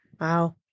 Wow